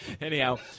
anyhow